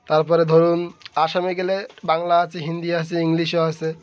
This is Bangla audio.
তারপরে ধরুন আসামে গেলে বাংলা আছে হিন্দি আসে ইংলিশও আসে